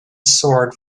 sword